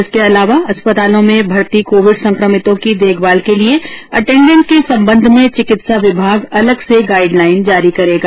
इसके अलावा अस्पतालों में भर्ती कोविड संक्रमितों की देखभाल के लिए अटेन्डेन्ट के संबंध में चिकित्सा विभाग अलग से गाइडलाइन जारी करेगी